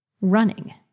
Running